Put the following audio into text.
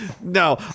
no